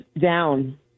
down